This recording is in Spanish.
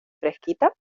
fresquita